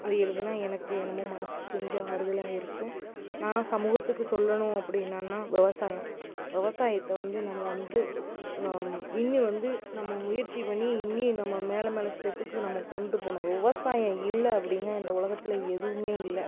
அது எழுதுனா எனக்கு என்னமோ மனசு கொஞ்சம் ஆறுதலாக இருக்கும் நான் சமூகத்துக்கு சொல்லணும் அப்படின்னான்னா விவசாயம் விவசாயத்தை வந்து நம்ம வந்து இன்னி வந்து நம்ம முயற்சி பண்ணி இன்னி நம்ம மேலே மேலே ஸ்டெப்புக்கு நம்ம கொண்டு போகணும் விவசாயம் இல்லை அப்படின்னா இந்த உலகத்தில் எதுவுமே இல்லை